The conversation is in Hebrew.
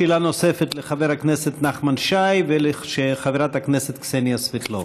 שאלה נוספת לחבר הכנסת נחמן שי ולחברת הכנסת קסניה סבטלובה.